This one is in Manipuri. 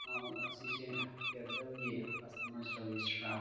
ꯑꯁꯤꯁꯦ ꯏꯌꯔꯇꯦꯜꯒꯤ ꯀꯁꯇꯃꯔ ꯁꯥꯔꯕꯤꯁꯔꯥ